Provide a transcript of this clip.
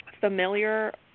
familiar